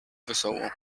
wesoło